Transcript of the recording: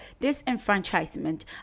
disenfranchisement